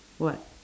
what